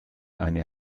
eine